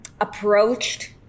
approached